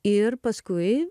ir paskui